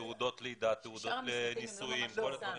תעודות לידה, תעודות נישואין וכולי.